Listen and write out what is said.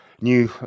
new